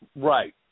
Right